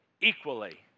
equally